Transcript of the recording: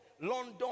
London